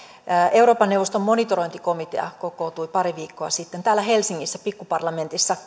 euroopan neuvoston monitorointikomiteahan kokoontui pari viikkoa sitten täällä helsingissä pikkuparlamentin